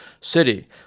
city